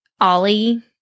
Ollie